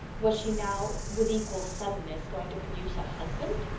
was she now, with equal suddenness, going to produce a husband?